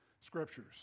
scriptures